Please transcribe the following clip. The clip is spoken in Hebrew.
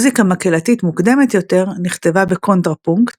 מוזיקה מקהלתית מוקדמת יותר נכתבה בקונטרפונקט,